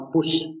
push